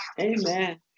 Amen